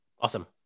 Awesome